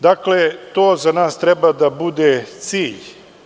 Dakle to za nas treba da bude cilj.